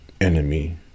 enemy